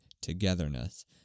togetherness